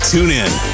TuneIn